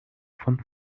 von